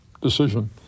decision